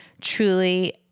truly